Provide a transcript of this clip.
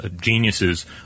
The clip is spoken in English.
Geniuses